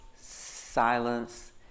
silence